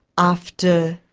after